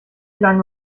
lange